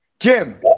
Jim